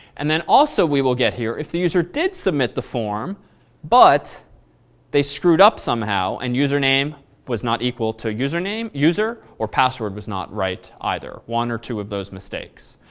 and then also, we will get here. if the user did submit the form but they screwed up somehow and username was not equal to username user or password was not right either, one or two of those mistakes.